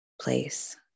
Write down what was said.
place